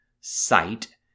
sight